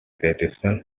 traditional